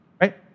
right